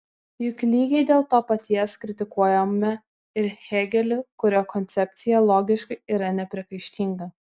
juk lygiai dėl to paties kritikuojame ir hėgelį kurio koncepcija logiškai yra nepriekaištinga